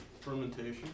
Fermentation